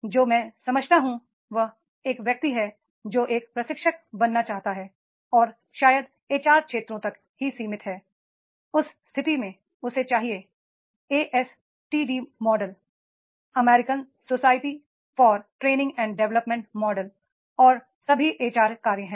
जो मैं समझता हूं वह एक व्यक्ति है जो एक प्रशिक्षक बनना चाहता है और शायद एच आर क्षेत्रों तक ही सीमित है उस स्थिति में उसे चाहिए ASTD model American society for training and development model और सभी एच आर कार्य हैं